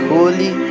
Holy